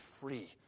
free